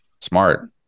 Smart